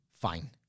fine